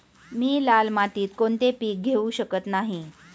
मी लाल मातीत कोणते पीक घेवू शकत नाही?